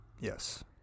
Yes